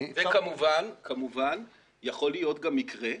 וכמובן יכול להיות גם מקרה,